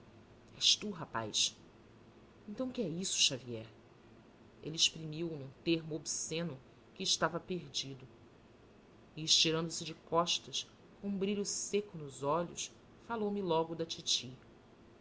tu rapaz então que é isso xavier ele exprimiu num termo obsceno que estava perdido e estirando-se de costas com um brilho seco nos olhos falou-me logo da titi